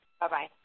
Bye-bye